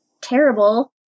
terrible